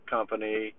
Company